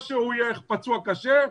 או שהוא יהיה פצוע קשה,